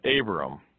Abram